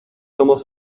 almost